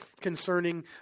concerning